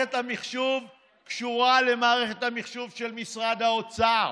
מערכת המחשוב קשורה למערכת המחשוב של משרד האוצר,